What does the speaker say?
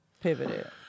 pivoted